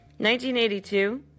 1982